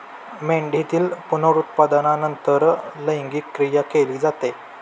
मेंढीतील पुनरुत्पादनानंतर लैंगिक क्रिया केली जाते